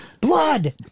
Blood